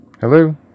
Hello